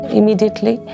Immediately